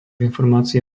informácie